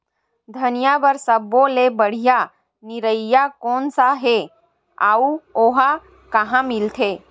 धनिया बर सब्बो ले बढ़िया निरैया कोन सा हे आऊ ओहा कहां मिलथे?